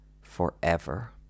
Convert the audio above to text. forever